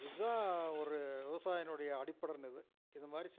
இதான் ஒரு விவசாயினுடைய அடிப்படைன்றது இது மாதிரி செஞ்சு